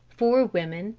four women,